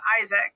Isaac